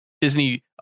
Disney